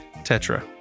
Tetra